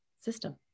system